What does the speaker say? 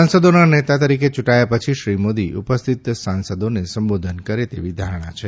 સાંસદોના નેતા તરીકે ચૂંટાયા પછી શ્રી મોદી ઉપસ્થિત સાંસદોને સંબોધન કરે તેવી ધારણા છે